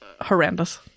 horrendous